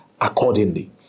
accordingly